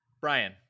Brian